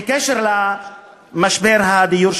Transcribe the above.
בקשר למשבר הדיור,